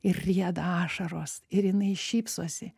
ir rieda ašaros ir jinai šypsosi